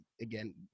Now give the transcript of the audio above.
again